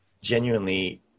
genuinely